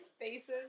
faces